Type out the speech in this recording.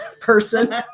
person